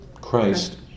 Christ